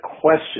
Question